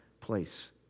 place